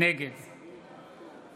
נגד